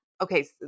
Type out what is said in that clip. okay